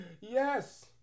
yes